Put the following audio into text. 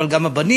אבל גם הבנים.